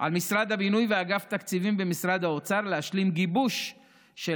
על משרד הבינוי ואגף התקציבים במשרד האוצר להשלים גיבוש של